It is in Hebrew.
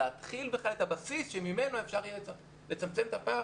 להתחיל בכלל את הבסיס שממנו אפשר יהיה לצמצם את הפער,